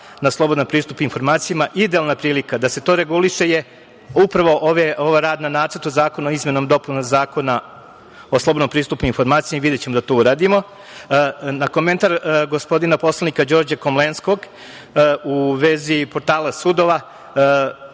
na slobodan pristup informacijama idealna prilika da se to reguliše je upravo ovaj rad na Nacrtu zakona o izmenama i dopunama Zakona o slobodnom pristupu informacijama i videćemo da to uradimo. Na komentar gospodina poslanika Đorđa Komlenskog u vezi portala sudova,